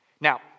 Now